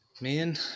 Man